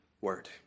Word